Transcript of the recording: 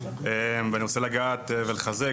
אני רוצה לגעת ולחזק,